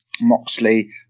Moxley